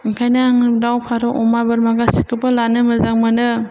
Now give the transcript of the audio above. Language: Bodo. ओंखायनो आङो दाव फारौ अमा बोरमा गासिखौबो लानो मोजां मोनो